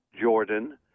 Jordan